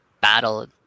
battle